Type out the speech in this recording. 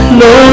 no